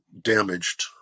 damaged